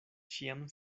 ĉiam